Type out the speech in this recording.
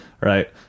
right